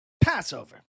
passover